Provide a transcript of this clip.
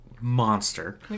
monster